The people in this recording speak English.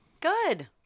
Good